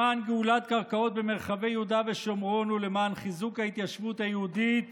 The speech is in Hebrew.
למען גאולת קרקעות במרחבי יהודה ושומרון ולמען חיזוק ההתיישבות היהודית